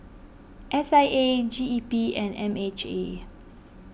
S I A G E P and M H A